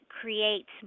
creates